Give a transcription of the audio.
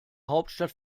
hauptstadt